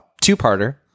two-parter